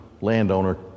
landowner